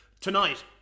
Tonight